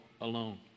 alone